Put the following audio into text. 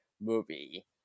movie